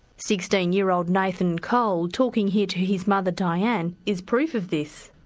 sixteen year old nathan cole talking here to his mother dianne is proof of this.